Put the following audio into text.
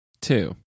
Two